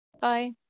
Bye